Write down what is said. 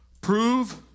prove